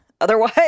Otherwise